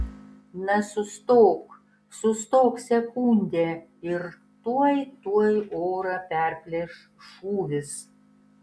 na sustok sustok sekundę ir tuoj tuoj orą perplėš šūvis